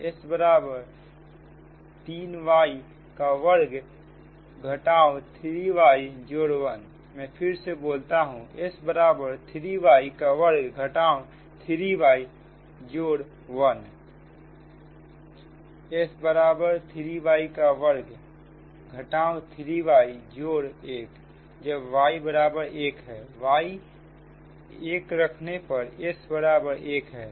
S बराबर 3 y का वर्ग घटाओ 3y जोड़ 1 S बराबर 3 y का वर्ग घटाओ 3y जोड़ 1 जब y बराबर 1 है y 1 रखने पर S बराबर एक है